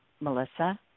Melissa